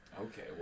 okay